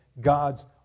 God's